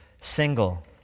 single